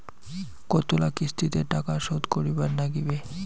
কতোলা কিস্তিতে টাকা শোধ করিবার নাগীবে?